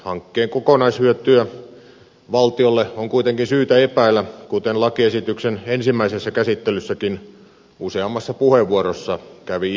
hankkeen kokonaishyötyä valtiolle on kuitenkin syytä epäillä kuten lakiesityksen ensimmäisessä käsittelyssäkin useammassa puheenvuorossa kävi ilmi